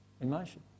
emotion